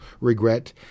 regret